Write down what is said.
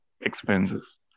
expenses